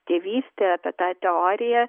tėvystę apie tą teoriją